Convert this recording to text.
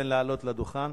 נקרא לעלות לדוכן.